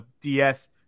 DS